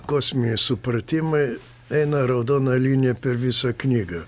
kosminiai supratimai eina raudona linija per visą knygą